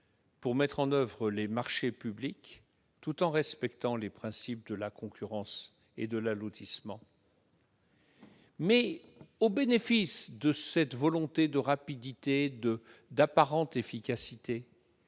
pour mettre en oeuvre les marchés publics, tout en respectant les principes de la concurrence et de l'allotissement. Au bénéfice de cette volonté de rapidité et d'apparente efficacité,